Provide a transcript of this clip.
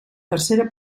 tercera